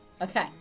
Okay